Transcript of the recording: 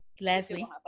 Leslie